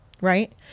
Right